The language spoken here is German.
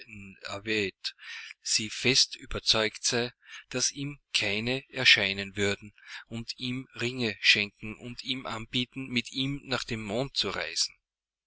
sie fest überzeugt sei daß ihm keine erscheinen würden und ihm ringe schenken und ihm anbieten mit ihm nach dem mond zu reisen